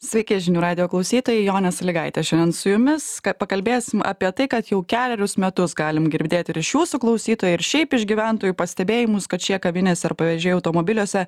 sveiki žinių radijo klausytojai jonė sąlygaitė šiandien su jumis pakalbėsim apie tai kad jau kelerius metus galim girdėti ir iš jūsų klausytojai ir šiaip iš gyventojų pastebėjimus kad šie kavinės ar pavyzdžiai automobiliuose